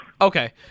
Okay